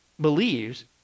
believes